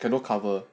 cannot cover